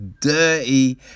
dirty